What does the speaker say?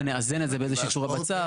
שנאזן את זה באיזה שהיא צורה בצו.